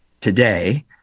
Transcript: today